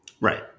Right